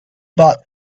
bought